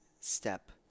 step